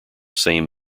same